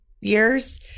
years